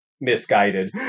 misguided